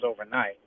overnight